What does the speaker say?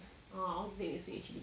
ah I will take next week actually